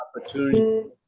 opportunity